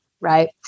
Right